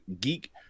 geek